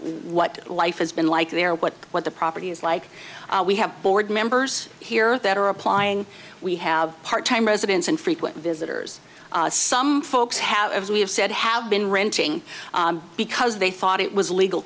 what life has been like there what what the property is like we have board members here that are applying we have part time residents and frequent visitors some folks have as we have said have been renting because they thought it was legal